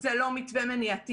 זה לא מתווה מניעתי.